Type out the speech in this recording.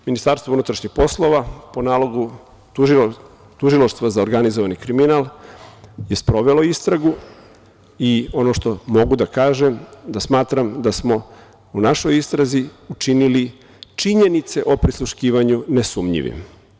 Ministarstvo unutrašnjih poslova, po nalogu Tužilaštva za organizovani kriminal, je sprovelo istragu i ono što mogu da kažem jeste da smatram da smo u našoj istrazi učinili činjenice o prisluškivanju nesumnjivim.